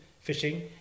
fishing